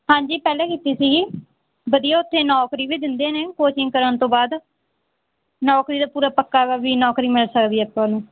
ਹਾਂਜੀ ਪਹਿਲਾਂ ਕੀਤੀ ਸੀ ਜੀ ਵਧੀਆ ਉੱਥੇ ਨੌਕਰੀ ਵੀ ਦਿੰਦੇ ਨੇ ਕੋਚਿੰਗ ਕਰਨ ਤੋਂ ਬਾਅਦ ਨੌਕਰੀ ਦਾ ਪੂਰਾ ਪੱਕਾ ਗਾ ਵੀ ਨੌਕਰੀ ਮਿਲ ਸਕਦੀ ਆ ਤੁਹਾਨੂੰ